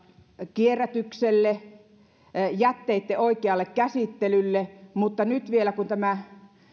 kierrätykselle jätteitten oikealle käsittelylle mutta nyt kun vielä tämä